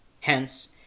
Hence